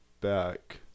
back